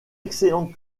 excellent